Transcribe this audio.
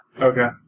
Okay